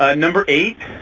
ah number eight,